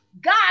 God